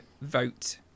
vote